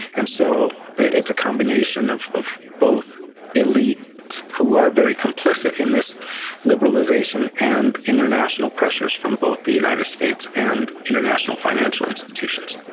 and so it's a combination of of both elites who are very complicit in this liberalisation, and international pressures from both the united states and international financial institutions.